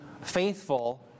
faithful